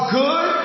good